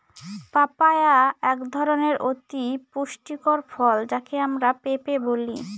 papaya একধরনের অতি পুষ্টিকর ফল যাকে আমরা পেঁপে বলি